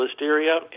listeria